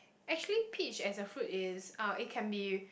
actually peach as a fruit is uh it can be